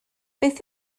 beth